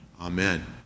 Amen